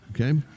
Okay